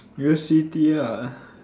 real C_T ah